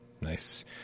Nice